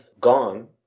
gone